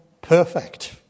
perfect